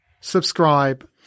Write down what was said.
subscribe